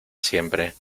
siempre